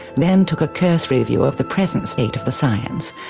then took a cursory view of the present state of the science,